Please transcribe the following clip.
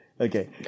Okay